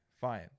fine